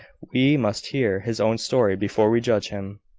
we must hear his own story before we judge him.